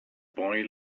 boy